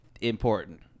important